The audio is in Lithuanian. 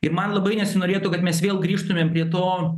ir man labai nesinorėtų kad mes vėl grįžtumėm prie to